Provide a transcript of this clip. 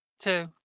Two